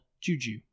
Juju